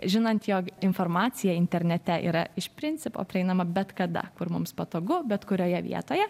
žinant jog informacija internete yra iš principo prieinama bet kada kur mums patogu bet kurioje vietoje